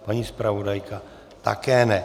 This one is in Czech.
Paní zpravodajka také ne.